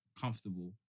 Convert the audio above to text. comfortable